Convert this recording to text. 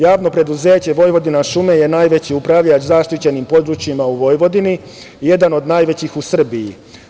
Javno preduzeće „Vojvodina šume“ je najveći upravljač zaštićenih područja u Vojvodini, jedan od najvećih u Srbiji.